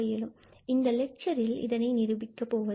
நாம் இந்த லெட்சர் ல் இதனை நிரூபிப்பது இல்லை